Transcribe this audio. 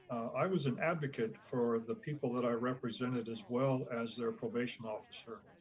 i was an advocate for the people that i represented as well as their probation officer,